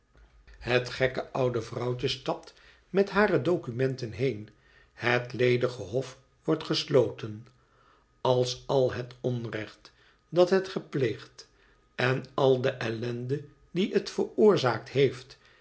het gekke oude vrouwtje stapt met hare documenten heen het ledige hof wordt gesloten als al het onrecht dat het gepleegd en al de ellende die het veroorzaakt heeft